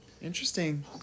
Interesting